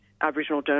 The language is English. Aboriginal